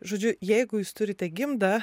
žodžiu jeigu jūs turite gimdą